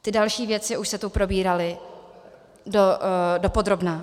Ty další věci už se tu probíraly dopodrobna.